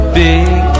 big